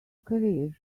career